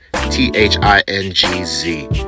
T-H-I-N-G-Z